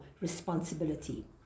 responsibility